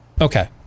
Okay